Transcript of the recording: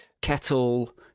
Kettle